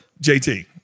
JT